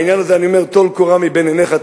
בעניין הזה אני אומר: טול קורה מבין עיניך,